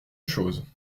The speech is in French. choses